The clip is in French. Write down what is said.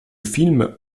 film